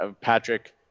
Patrick